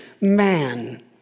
man